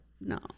No